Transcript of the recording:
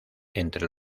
entre